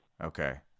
Okay